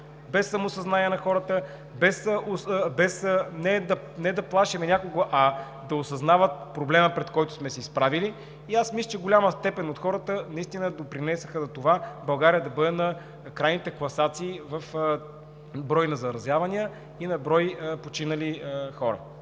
от самосъзнанието на хората – не да плашим някого, а да осъзнават проблема, пред който сме се изправили. Мисля, че в голяма степен хората наистина допринесоха за това България да бъде на крайните класации по брой заразени и по брой починали хора.